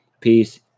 Peace